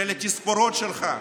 של התספורות שלך,